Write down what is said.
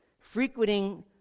frequenting